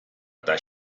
eta